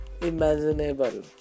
imaginable